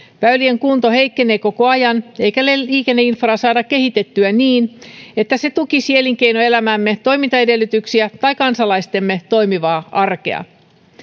väylien kunto heikkenee koko ajan eikä liikenneinfraa saada kehitettyä niin että se tukisi elinkeinoelämämme toimintaedellytyksiä tai kansalaistemme toimivaa arkea